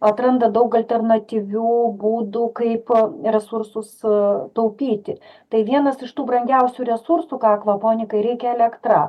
atranda daug alternatyvių būdų kaip a resursus a taupyti tai vienas iš tų brangiausių resursų ką akvaponikai reikia elektra